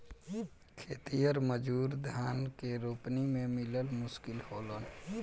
खेतिहर मजूर धान के रोपनी में मिलल मुश्किल होलन